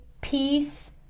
peace